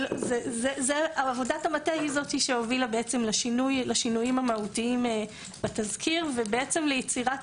עבודת המטה היא זאת שהובילה לשינויים המהותיים בתזכיר וליצירת